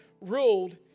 ruled